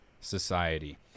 society